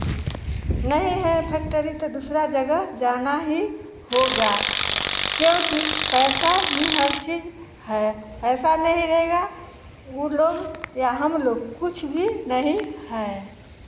नहीं है फैक्टरी तो दूसरा जगह जाना ही होगा क्योंकि पैसा ही हर चीज़ है ऐसा नहीं रहेगा वे लोग या हम लोग कुछ भी नहीं है